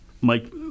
Mike